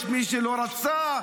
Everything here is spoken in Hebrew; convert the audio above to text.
יש מי שלא רצה,